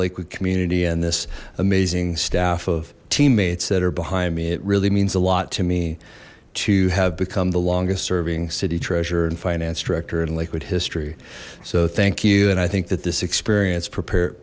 lakewood community and this amazing staff of teammates that are behind me it really means a lot to me to have become the longest serving city treasurer and finance director in liquid history so thank you and i think that this experience prepare